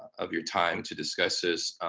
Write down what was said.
of your time to discuss this.